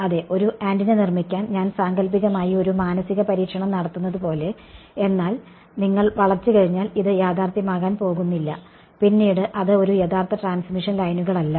അതെ ഒരു ആന്റിന നിർമ്മിക്കാൻ ഞാൻ സങ്കല്പികമായി ഒരു മാനസിക പരീക്ഷണം നടത്തുന്നത് പോലെ എന്നാൽ നിങ്ങൾ വളച്ച് കഴിഞ്ഞാൽ ഇത് യാഥാർത്ഥ്യമാകാൻ പോകുന്നില്ല പിന്നീട് അത് ഒരു യഥാർത്ഥ ട്രാൻസ്മിഷൻ ലൈനുകളല്ല